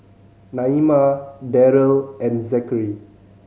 Naima Darell and Zachary